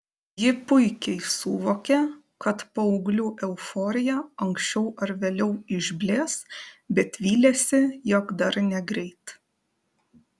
ji puikiai suvokė kad paauglių euforija anksčiau ar vėliau išblės bet vylėsi jog dar negreit